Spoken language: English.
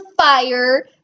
fire